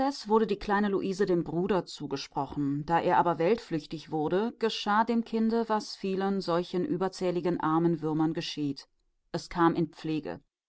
wurde die kleine luise dem bruder zugesprochen da er aber weltflüchtig wurde geschah dem kinde das was vielen solchen überzähligen armen würmern geschieht es kam in pflege